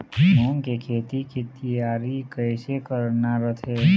मूंग के खेती के तियारी कइसे करना रथे?